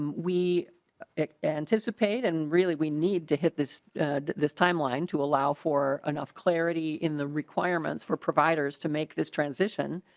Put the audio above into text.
um we anticipate and really we need to hit this this timeline to allow for enough clarity in the requirements for providers to make this transition.